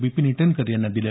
विपिन ईटनकर यांना दिलं